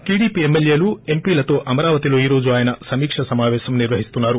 TDP ఎమ్మెల్యేలు ఎంపీలతో అమరావతిలో ఈ రోజు ఆయన సమీక్షసమాపేశం నిర్వహిస్తున్నారు